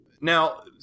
Now